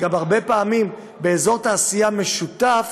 הרבה פעמים באזור תעשייה משותף